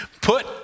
put